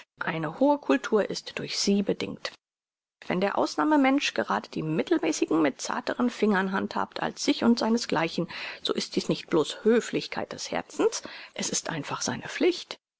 eine hohe cultur ist durch sie bedingt wenn der ausnahme mensch gerade die mittelmäßigen mit zarteren fingern handhabt als sich und seines gleichen so ist dies nicht bloß höflichkeit des herzens es ist einfach seine pflicht